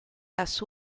las